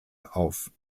auf